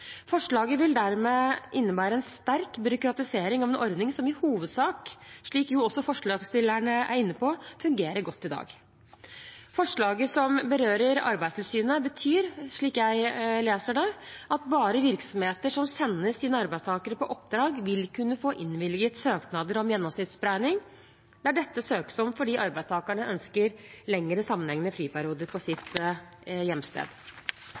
Forslaget vil dermed innebære en sterk byråkratisering av en ordning som i hovedsak, slik også forslagsstillerne er inne på, fungerer godt i dag. Forslaget som berører Arbeidstilsynet, betyr, slik jeg leser det, at bare virksomheter som sender sine arbeidstakere på oppdrag, vil kunne få innvilget søknader om gjennomsnittsberegning, der dette søkes om fordi arbeidstakerne ønsker lengre sammenhengende friperioder på sitt hjemsted.